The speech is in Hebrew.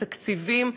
בתקציבים.